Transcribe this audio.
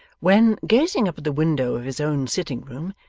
when, gazing up at the window of his own sitting-room,